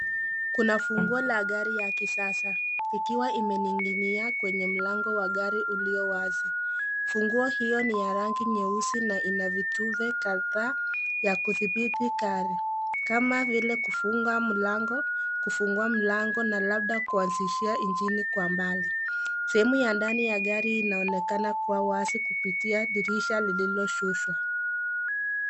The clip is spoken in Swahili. Kuna funguo la gari ya kisasa ikiwa imening'inia kwenye mlango wa gari ulio wazi. Funguo hiyo ni ya rangi nyeusi na ina vitufe kadhaa ya kudhibiti gari kama vile kufunga mlango, kufungua mlango na labda kuanzishia injini kwa mbali. Sehemu ya ndani ya gari inaonekana kuwa wazi kupitia dirisha lililoshushwa.